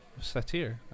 Satir